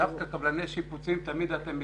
דווקא קבלני שיפוצים אתם מתעלמים.